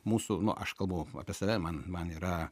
mūsų nu aš kalbu apie save man man yra